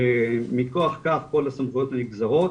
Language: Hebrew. מכוח כך כל הסמכויות הנגזרות.